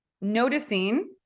noticing